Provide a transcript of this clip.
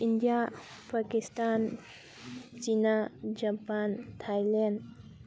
India Pakistan China Japan Thailand